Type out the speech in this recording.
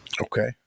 Okay